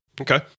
Okay